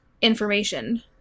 information